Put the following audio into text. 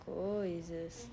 coisas